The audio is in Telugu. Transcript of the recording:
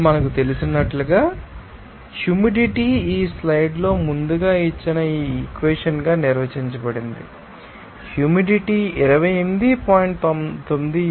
ఇప్పుడు మనకు తెలిసినట్లుగా హ్యూమిడిటీ ఈ స్లైడ్లో ముందుగా ఇచ్చిన ఈ ఈక్వెషన్గా నిర్వచించబడింది హ్యూమిడిటీ 28